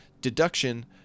deduction